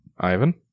Ivan